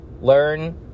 learn